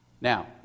Now